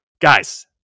Guys